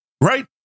Right